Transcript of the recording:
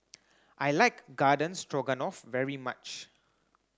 I like Garden Stroganoff very much